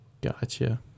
Gotcha